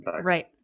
Right